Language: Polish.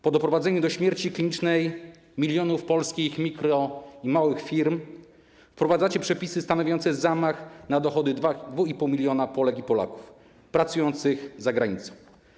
Po doprowadzeniu do śmierci klinicznej milionów polskich mikro- i małych firm wprowadzacie przepisy stanowiące zamach na dochody 2,5 mln Polek i Polaków pracujących za granicą.